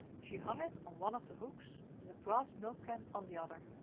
she hung it on one of the hooks and the brass milk can on the other.